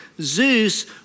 Zeus